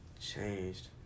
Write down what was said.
changed